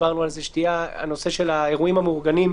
הנושא של האירועים המאורגנים,